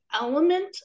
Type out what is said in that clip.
element